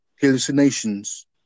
hallucinations